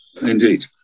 Indeed